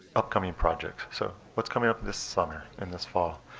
upcoming projects. so what's coming up this summer and this fall?